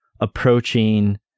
approaching